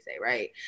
right